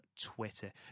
Twitter